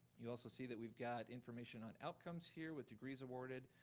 you also see that we've got information on outcomes here with degrees awarded,